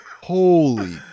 Holy